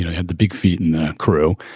had the big feet and the crew.